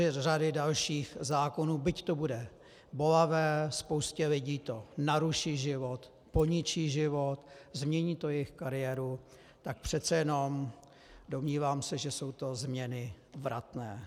U řady dalších zákonů, byť to bude bolavé, spoustě lidí to naruší život, poničí život, změní to jejich kariéru, tak přece jenom se domnívám, že jsou to změny vratné.